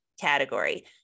category